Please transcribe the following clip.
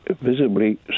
visibly